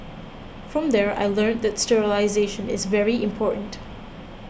from there I learnt that sterilisation is very important